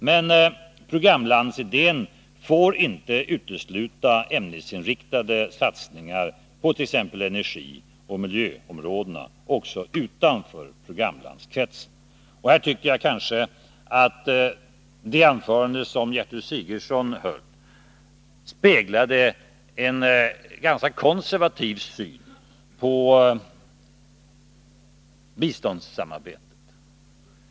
Men programlandsidén får inte utesluta ämnesinriktade satsningar på t.ex. energioch miljöområdena också utanför programlandskretsen. Jag tycker att det anförande som Gertrud Sigurdsen höll speglade en ganska konservativ syn på biståndssamarbetet.